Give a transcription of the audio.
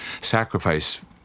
sacrifice